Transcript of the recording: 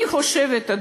אני חושבת,